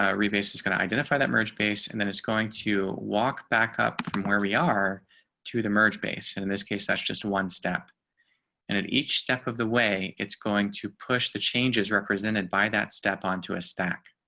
ah rebates is going to identify that merge base and then it's going to walk back up from where we are to the merge base. and in this case, that's just one step and at each step of the way it's going to push the changes, represented by that step onto a stack.